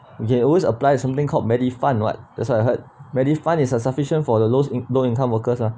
you can always apply something called medifund [what] that's what I heard medifund is suf~ sufficient for the los~ in~ low income workers ah